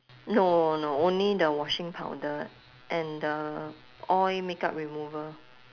no no only the washing powder and the oil makeup remover